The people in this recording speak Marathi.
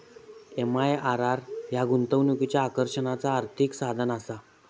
एम.आय.आर.आर ह्या गुंतवणुकीच्या आकर्षणाचा आर्थिक साधनआसा